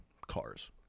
cars